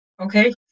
okay